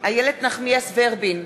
איילת נחמיאס ורבין,